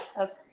Okay